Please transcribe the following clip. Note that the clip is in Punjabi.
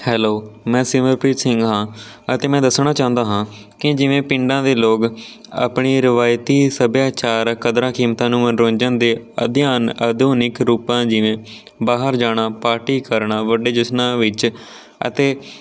ਹੈਲੋ ਮੈਂ ਸਿਮਰਪ੍ਰੀਤ ਸਿੰਘ ਹਾਂ ਅਤੇ ਮੈਂ ਦੱਸਣਾ ਚਾਹੁੰਦਾ ਹਾਂ ਕਿ ਜਿਵੇਂ ਪਿੰਡਾਂ ਦੇ ਲੋਕ ਆਪਣੀ ਰਵਾਇਤੀ ਸੱਭਿਆਚਾਰ ਕਦਰਾਂ ਕੀਮਤਾਂ ਨੂੰ ਮੰਨੋਰੰਜਨ ਦੇ ਅਧਿਐਨ ਆਧੁਨਿਕ ਰੂਪਾਂ ਜਿਵੇਂ ਬਾਹਰ ਜਾਣਾ ਪਾਰਟੀ ਕਰਨਾ ਵੱਡੇ ਜਸ਼ਨਾਂ ਵਿੱਚ ਅਤੇ